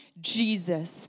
Jesus